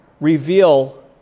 reveal